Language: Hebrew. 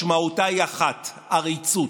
משמעותה היא אחת: עריצות.